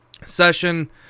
session